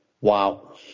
wow